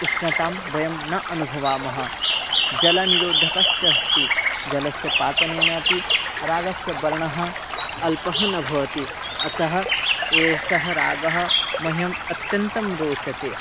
उष्णतां वयं न अनुभवामः जलनिरोधकश्च अस्ति जलस्य पातनेन अपि रागस्य वर्णः अल्पः न भवति अतः एषः रागः मह्यम् अत्यन्तं रोचते